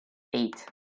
eight